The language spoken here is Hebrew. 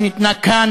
שניתנה כאן,